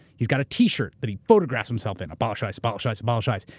he's got a t-shirt that he photographs himself in, abolish ice, abolish ice, abolish ice.